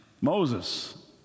Moses